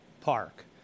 park